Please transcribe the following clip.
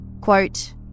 Quote